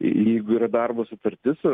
jeigu yra darbo sutartis